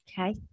Okay